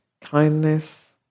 Kindness